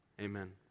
amen